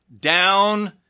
down